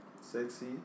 Sexy